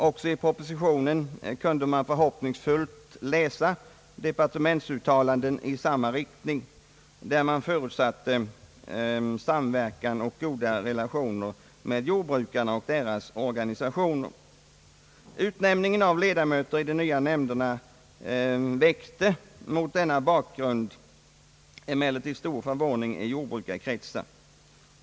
Också i pro positionen kunde man förhoppningsfullt läsa departementsuttalanden i samma riktning, där det förutsattes samverkan och goda relationer med jordbrukarna och deras organisationer. Utnämningen av ledamöter i de nya nämnderna väckte emellertid mot denna bakgrund stor förvåning i jordbrukarkretsar.